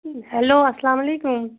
hello اَسلام علیکُم